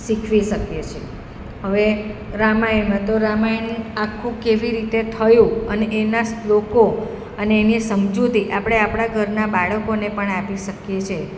શીખવી શકીએ છીએ હવે રામાયણમાં તો રામાયણ આખું કેવી રીતે થયું અને એના શ્લોકો અને એની સમજુતી આપણે આપણા ઘરના બાળકોને પણ આપી શકીએ છીએ